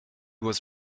was